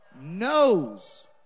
Knows